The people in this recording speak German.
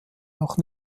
noch